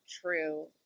true